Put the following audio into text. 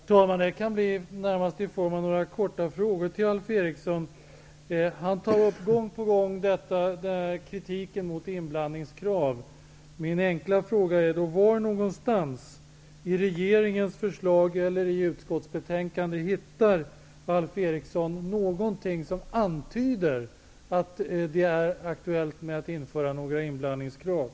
Herr talman! Det handlar närmast om några korta frågor till Alf Eriksson. Gång på gång framför han kritik mot detta med inblandningskrav. Min första enkla fråga blir då: Var i regeringens förslag eller i utskottsbetänkandet hittar Alf Eriksson någonting som ens antyder att det skulle vara aktuellt att införa inblandningskrav?